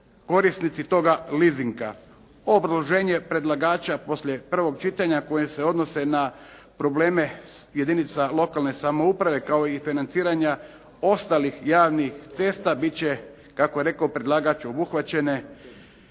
korisnici toga lisinga. Obrazloženje predlagača poslije prvog čitanja koje se odnose na probleme jedinica lokalne samouprave kao i financiranja ostalih javnih cesta bit će kako je rekao predlagač obuhvaćene